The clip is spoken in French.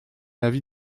avis